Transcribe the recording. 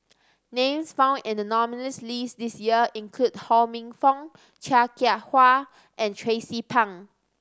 names found in the nominees' list this year include Ho Minfong Chia Kwek Fah and Tracie Pang